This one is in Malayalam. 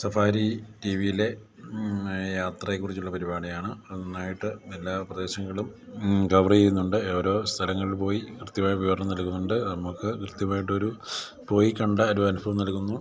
സഫാരി ടിവിയിലെ യാത്രയെ കുറിച്ചുള്ള പരിപാടിയാണ് അത് നന്നായിട്ട് എല്ലാ പ്രദേശങ്ങളും കവർ ചെയ്യുന്നുണ്ട് ഓരോ സ്ഥലങ്ങളിൽ പോയി കൃത്യമായി വിവരണം നൽകുന്നുണ്ട് നമുക്ക് കൃത്യമായിട്ട് ഒരു പോയി കണ്ട ഒരു അനുഭവം നൽകുന്നു